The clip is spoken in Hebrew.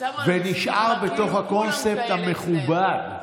ונשאר בתוך הקונספט המכובד.